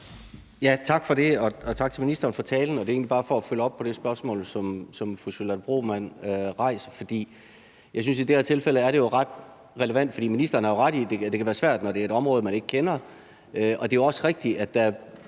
Tak for det, og tak til ministeren for talen. Det er egentlig bare for at følge op på det spørgsmål, som fru Charlotte Broman Mølbæk rejser, for jeg synes, at det i det her tilfælde er ret relevant. For ministeren har jo ret i, at det kan være svært, når det er et område, man ikke kender, og det er jo også rigtigt, at der